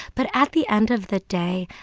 but at the end of the day,